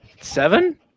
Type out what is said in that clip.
Seven